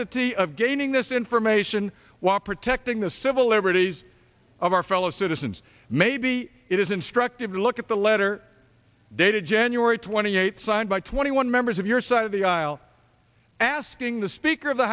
necessity of gaining this information while protecting the civil liberties of our fellow citizens maybe it is instructive to look at the letter dated january twenty eighth signed by twenty one members of your side of the aisle asking the speaker of the